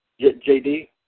JD